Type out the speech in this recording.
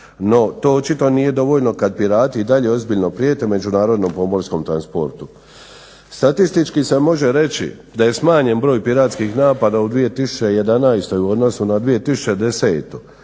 No to očito nije dovoljno kad pirati i dalje ozbiljno prijete međunarodnom pomorskom transportu. Statistički se može reći da je smanjen broj piratskih napada u 2011. u odnosu na 2010.,